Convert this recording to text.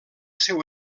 seu